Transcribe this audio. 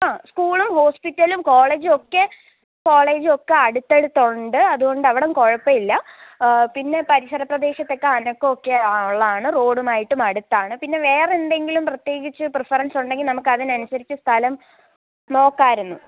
ആ സ്കൂളും ഹോസ്പിറ്റലും കോളേജുവൊക്കെ കോളെജൊക്കെ അവിടടുത്തടുത്തൊണ്ട് അതുകൊണ്ടവിടം കുഴപ്പമില്ല പിന്നെ പരിസരപ്രദേശത്തൊക്കെ അനക്കമൊക്കെ ഉള്ളതാണ് പിന്നെ റോഡുമായിട്ടും അടുത്താണ് പിന്നെ വേറെന്തെങ്കിലും പ്രത്യേകിച്ച് പ്രിഫറൻസുണ്ടെങ്കിൽ നമുക്കതിനനുസരിച്ച് സ്ഥലം നോക്കാമായിരുന്നു